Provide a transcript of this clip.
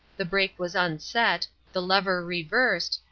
the brake was unset, the lever reversed,